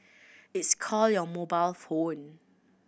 it's called your mobile phone